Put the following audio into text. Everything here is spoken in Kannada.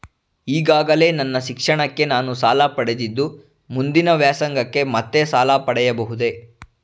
ಈಗಾಗಲೇ ನನ್ನ ಶಿಕ್ಷಣಕ್ಕೆ ನಾನು ಸಾಲ ಪಡೆದಿದ್ದು ಮುಂದಿನ ವ್ಯಾಸಂಗಕ್ಕೆ ಮತ್ತೆ ಸಾಲ ಪಡೆಯಬಹುದೇ?